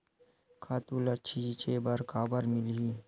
खातु ल छिंचे बर काबर मिलही?